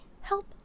Help